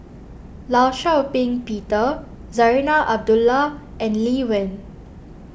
Law Shau Ping Peter Zarinah Abdullah and Lee Wen